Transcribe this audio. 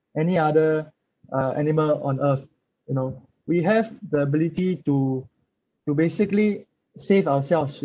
any other uh animal on earth you know we have the ability to to basically save ourselves